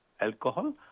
alcohol